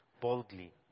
boldly